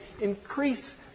increase